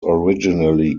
originally